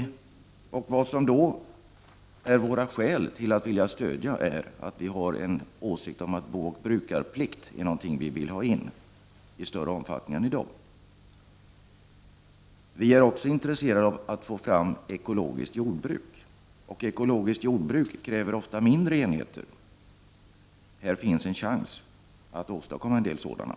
Miljöpartiets skäl till att stödja detta är att vi vill att en booch brukarplikt skall gälla i en större omfattning än i dag. Vi är också intresserade av att få fram ett ekologiskt jordbruk, och ett sådant jordbruk kräver ofta mindre enheter. Här finns en chans att åstadkomma en del sådana.